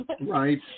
Right